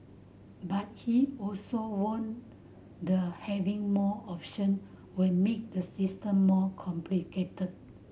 but he also warned the having more option would make the system more complicated